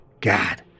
God